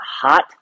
hot